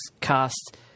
cast